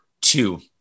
two